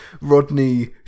Rodney